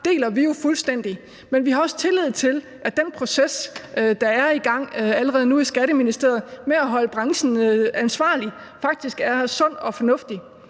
deler vi jo fuldstændig, men vi har også tillid til, at den proces, der allerede nu er i gang i Skatteministeriet, med at holde branchen ansvarlig, faktisk er sund og fornuftig.